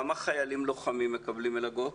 כמה חיילים לוחמים מקבלים מלגות?